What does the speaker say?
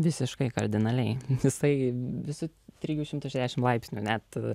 visiškai kardinaliai jisai visu trijų šimtų šešiasdešimt laipsnių net